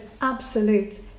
absolute